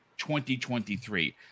2023